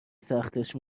سختش